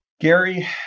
Gary